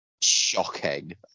shocking